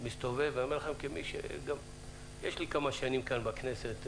יש לי שנים כאן בכנסת.